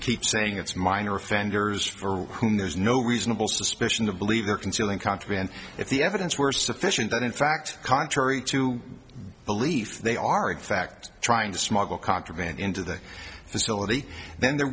keep saying it's minor offenders for whom there's no reasonable suspect in the believer concealing contraband if the evidence were sufficient that in fact contrary to belief they are in fact trying to smuggle contraband into the facility then there